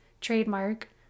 trademark